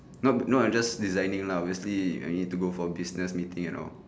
not not I just designing lah obviously I need to go for business meeting and all